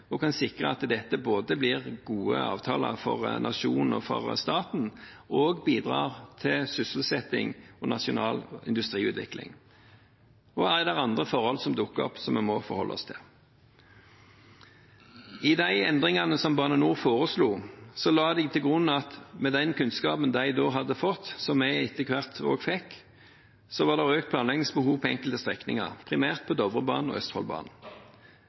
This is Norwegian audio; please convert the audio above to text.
hvordan kan man sikre at dette både blir gode avtaler for nasjonen og for staten og bidrar til sysselsetting og nasjonal industriutvikling? Og er det andre forhold som dukker opp som vi må forholde oss til? I de endringene som Bane NOR foreslo, la de til grunn at med den kunnskapen de da hadde fått, som vi etter hvert også fikk, var det økt planleggingsbehov på enkelte strekninger, primært på Dovrebanen og Østfoldbanen.